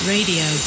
Radio